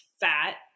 fat